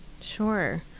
Sure